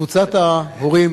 קבוצת ההורים